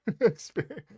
experience